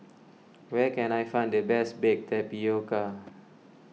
where can I find the best Baked Tapioca